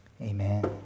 amen